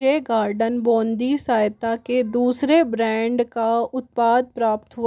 ये गार्डन बूँदी रायता के दूसरे ब्रेंड का उत्पाद प्राप्त हुआ